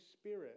Spirit